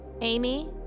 Amy